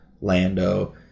Lando